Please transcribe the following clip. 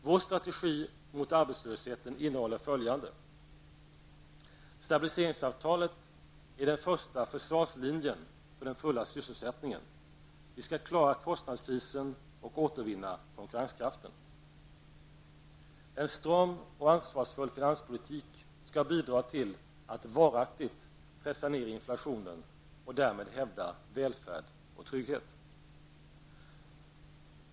Vår strategi mot arbetslösheten innehåller följande: -- Stabiliseringsavtalet är den första försvarslinjen för den fulla sysselsättningen -- vi skall klara kostnadskrisen och återvinna konkurrenskraften. -- En stram och ansvarsfull finanspolitik skall bidra till att varaktigt pressa ned inflationen och därmed hävda välfärd och trygghet.